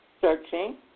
searching